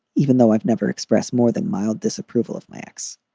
even though i've never expressed more than mild disapproval of my ex.